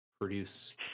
produce